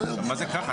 מה זה ככה.